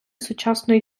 сучасної